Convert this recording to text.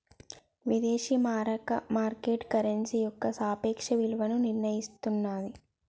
విదేశీ మారక market currency యొక్క సాపేక్ష విలువను నిర్ణయిస్తన్నాది